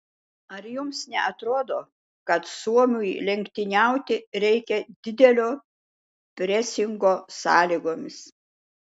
ar jums neatrodo kad suomiui lenktyniauti reikia didelio presingo sąlygomis